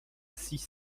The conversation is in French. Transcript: six